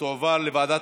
ותועבר לוועדת